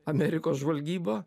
amerikos žvalgyba